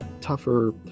tougher